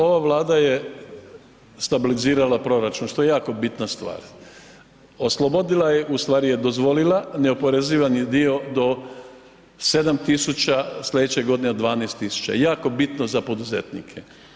Ova Vlada je stabilizirala proračun, što je jako bitna stvar, oslobodila je, ustvari je dozvolila neoporezivani dio do 7 tisuća, sljedeće godine 12 tisuća, jako bitno za poduzetnike.